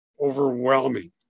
overwhelming